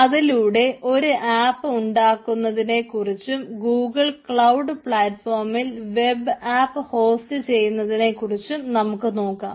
അതിലൂടെ ഒരു ആപ്പ് ഉണ്ടാക്കുന്നതിനെ കുറിച്ചും ഗൂഗിൾ ക്ലൌഡ് പ്ലാറ്റ്ഫോമിൽ വെബ് ആപ്പ് ഹോസ്റ്റ് ചെയ്യുന്നതിനെക്കുറിച്ചും നമുക്ക് നോക്കാം